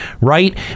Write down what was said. right